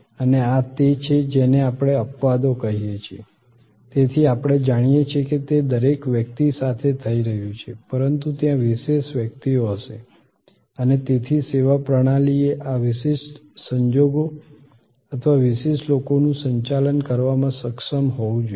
અને આ તે છે જેને આપણે અપવાદો કહીએ છીએ તેથી આપણે જાણીએ છીએ કે તે દરેક વ્યક્તિ સાથે થઈ રહ્યું છે પરંતુ ત્યાં વિશેષ વ્યક્તિઓ હશે અને તેથી સેવા પ્રણાલીએ આ વિશિષ્ટ સંજોગો અથવા વિશેષ લોકોનું સંચાલન કરવામાં સક્ષમ હોવું જોઈએ